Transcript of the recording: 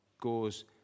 goes